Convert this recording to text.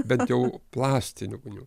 bent jau plastinių